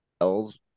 L's